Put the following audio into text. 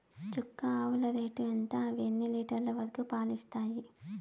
చుక్క ఆవుల రేటు ఎంత? అవి ఎన్ని లీటర్లు వరకు పాలు ఇస్తాయి?